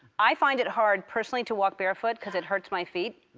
i find it hard, personally, to walk barefoot cause it hurts my feet,